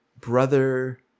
brother